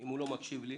אם הוא לא מקשיב לי.